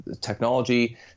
technology